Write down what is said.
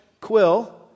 quill